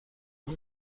اون